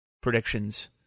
predictions